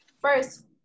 first